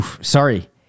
sorry